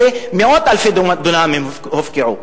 מאות אלפי דונמים הופקעו.